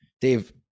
Dave